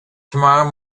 tomorrow